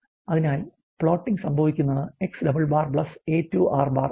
അതിനാൽ പ്ലോട്ടിംഗ് സംഭവിക്കുന്നത് "X A2 'R ആണ്